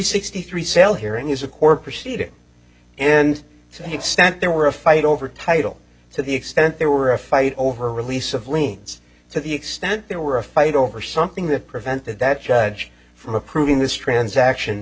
sixty three sale here and he's a court proceeding and to the extent there were a fight over title to the extent there were a fight over release of leans to the extent there were a fight over something that prevented that judge from approving this transaction